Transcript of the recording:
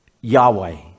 Yahweh